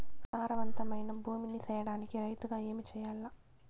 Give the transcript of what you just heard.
సారవంతమైన భూమి నీ సేయడానికి రైతుగా ఏమి చెయల్ల?